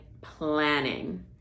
planning